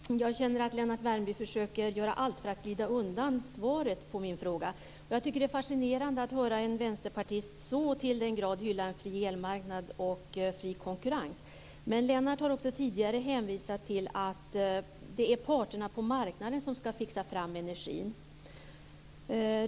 Fru talman! Jag känner att Lennart Värmby försöker göra allt för att glida undan svaret på min fråga. Jag tycker att det är fascinerande att höra en vänsterpartist så till den grad hylla en fri elmarknad och fri konkurrens. Lennart har också tidigare hänvisat till att det är parterna på marknaden som ska fixa fram energin.